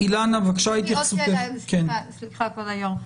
יש לי עוד שאלה, סליחה, כבוד היו"ר.